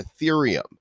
Ethereum